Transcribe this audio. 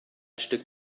stück